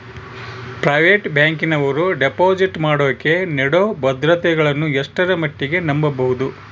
Private ಬ್ಯಾಂಕಿನವರು deposit ಮಾಡೋಕೆ ನೇಡೋ ಭದ್ರತೆಗಳನ್ನು ಎಷ್ಟರ ಮಟ್ಟಿಗೆ ನಂಬಬಹುದು?